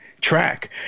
track